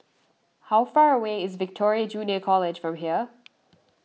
how far away is Victoria Junior College from here